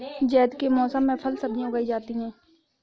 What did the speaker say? ज़ैद के मौसम में फल सब्ज़ियाँ उगाई जाती हैं